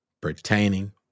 pertaining